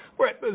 right